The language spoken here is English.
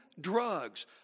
drugs